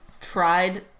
tried